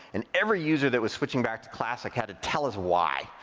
and every user that was switching back to classic had to tell us why.